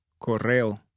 correo